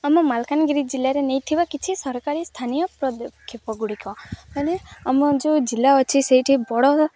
ଆମ ମାଲକାନଗିରି ଜିଲ୍ଲାରେ ନେଇ ଥିବା କିଛି ସରକାରୀ ସ୍ଥାନୀୟ ପଦକ୍ଷେପଗୁଡ଼ିକ ମାନେ ଆମର ଯେଉଁ ଜିଲ୍ଲା ଅଛି ସେଇଠି ବଡ଼